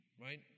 Right